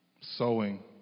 sowing